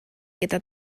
gyda